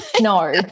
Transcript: No